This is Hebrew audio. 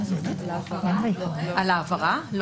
אם